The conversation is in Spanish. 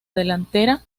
delantera